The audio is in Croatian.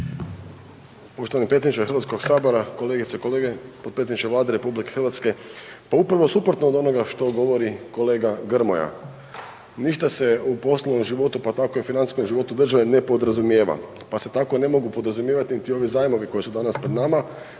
predsjedniče Hrvatskog sabora, kolegice i kolege, potpredsjedniče Vlade RH, pa upravo suprotno od onoga što govori kolega Grmoja, ništa se u poslovnom životu pa tako i financijskom životu države ne podrazumijeva. Pa se tako ne mogu ni podrazumijevati niti ovi zajmovi koji danas pred nama